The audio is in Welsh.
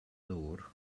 ddŵr